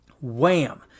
Wham